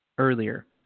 earlier